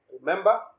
remember